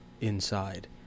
inside